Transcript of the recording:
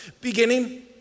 beginning